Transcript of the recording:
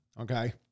Okay